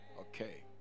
Okay